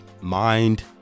mind